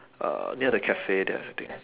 uh near the cafe there I think